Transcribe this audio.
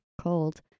cold